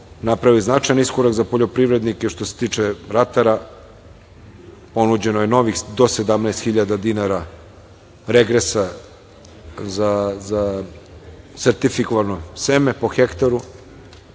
napravili značajan iskorak za poljoprivrednike, što se tiče ratara, ponuđeno je novih do 17 hiljada dinara regresa za sertifikovano seme po hektaru,